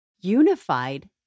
unified